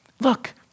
look